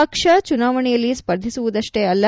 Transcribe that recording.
ಪಕ್ಷವು ಚುನಾವಣೆಯಲ್ಲಿ ಸ್ಪರ್ಧಿಸುವುದಷ್ಟೇ ಅಲ್ಲ